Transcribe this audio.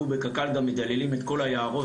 בקק"ל אנחנו גם מדללים את כל היערות,